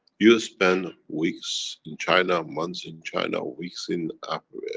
you spent weeks in china, months in china, weeks in af.